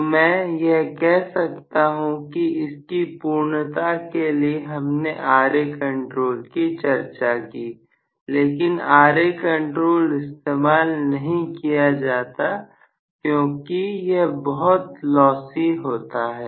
तो मैं यह कह सकता हूं कि इसकी पूर्णता के लिए हमने Ra कंट्रोल की चर्चा की लेकिन Ra कंट्रोल इस्तेमाल नहीं किया जाता क्योंकि यह बहुत लॉसी होता है